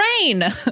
rain